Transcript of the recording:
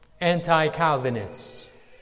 Anti-Calvinists